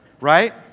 right